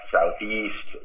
Southeast